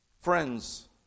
friends